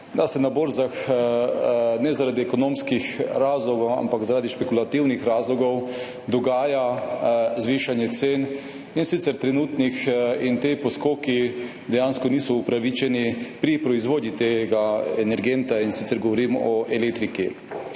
da se na borzah, ne zaradi ekonomskih razlogov, ampak zaradi špekulativnih razlogov, dogaja zvišanje cen, in sicer trenutnih. Ti poskoki dejansko niso upravičeni pri proizvodnji tega energenta, in sicer govorim o elektriki.